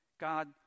God